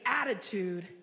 attitude